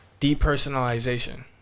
depersonalization